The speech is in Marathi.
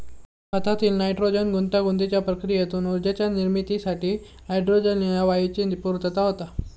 खतातील नायट्रोजन गुंतागुंतीच्या प्रक्रियेतून ऊर्जेच्या निर्मितीसाठी हायड्रोजन ह्या वायूची पूर्तता होता